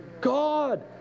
God